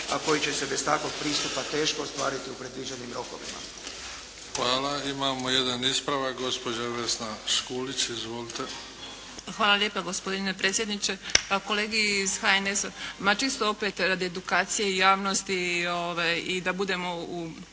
a koji će se bez takvog pristupa teško ostvariti u predviđenim rokovima. **Bebić, Luka (HDZ)** Hvala. Imamo jedan ispravak. Gospođa Vesna Škulić. Izvolite. **Škulić, Vesna (SDP)** Hvala lijepa gospodine predsjedniče. Kolegi iz HNS-a, ma čisto opet radi edukacije i javnosti i da budemo na